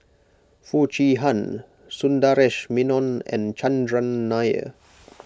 Foo Chee Han Sundaresh Menon and Chandran Nair